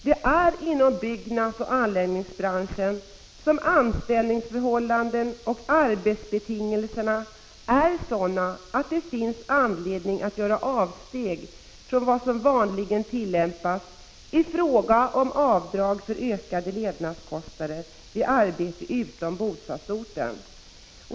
Det är inom byggnadsoch anläggningsbranschen som anställningsförhållandena och arbetsbetingelserna är sådana att det finns anledning att göra avsteg från vad som vanligen tillämpas i fråga om avdrag för ökade levnadskostnader vid arbete utom bostadsorten.